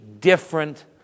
different